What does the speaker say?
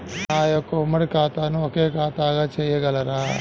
నా యొక్క ఉమ్మడి ఖాతాను ఒకే ఖాతాగా చేయగలరా?